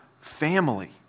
family